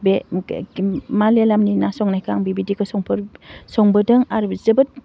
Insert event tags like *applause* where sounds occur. बे *unintelligible* मालायालमनि ना संनायखौ आं बिबायदिखौ संबोदों आरो जोबोद